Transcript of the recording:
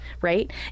right